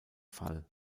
fall